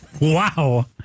Wow